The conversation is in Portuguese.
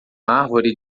árvore